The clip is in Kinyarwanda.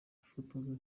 yafatwaga